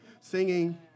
singing